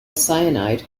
cyanide